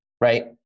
right